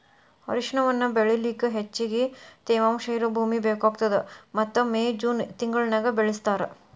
ಅರಿಶಿಣವನ್ನ ಬೆಳಿಲಿಕ ಹೆಚ್ಚಗಿ ತೇವಾಂಶ ಇರೋ ಭೂಮಿ ಬೇಕಾಗತದ ಮತ್ತ ಮೇ, ಜೂನ್ ತಿಂಗಳನ್ಯಾಗ ಬೆಳಿಸ್ತಾರ